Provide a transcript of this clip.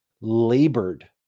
labored